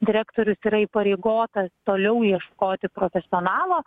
direktorius yra įpareigotas toliau ieškoti profesionalo